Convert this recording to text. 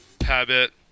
Habit